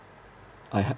I ha~